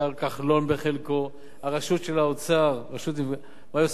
השר כחלון בחלקו, הרשות של האוצר, 3